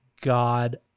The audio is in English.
God